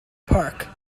park